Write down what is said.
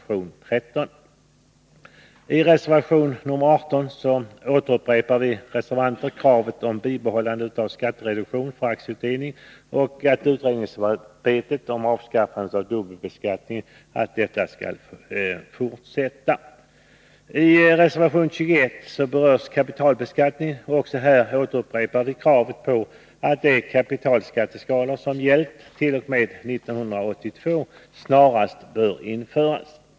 I reservation nr 18 återupprepar vi reservanter kravet på bibehållande av skattereduktion för aktieutdelning och att utredningsarbetet om avskaffande av dubbelbeskattningen på aktieutdelning skall fortsätta. I reservation nr 21 berörs kapitalbeskattningen. Också här återupprepar vi kravet på att de kapitalskatteskalor som gällt t.o.m. 1982 snarast bör återinföras.